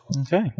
Okay